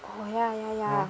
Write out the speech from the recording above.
oh ya ya ya